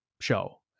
show